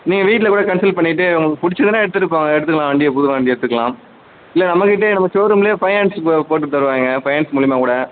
நீங்கள் வீட்டில் கூட கன்சல்ட் பண்ணிட்டு உங்களுக்கு பிடிச்சுதுன்னா எடுத்துகிட்டுப் போங்க எடுத்துக்கலாம் வண்டியை புது வண்டியை எடுத்துக்கலாம் இல்லை நம்மக்கிட்டையே நம்ம ஷோரூம்லையே ஃபைனான்ஸ் போ போட்டுத் தருவாங்கள் ஃபைனான்ஸ் மூலிமாக் கூட